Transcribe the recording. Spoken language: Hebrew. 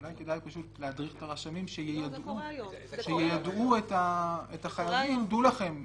אולי כדאי להדריך את הרשמים שיידעו את החייבים: דעו לכם,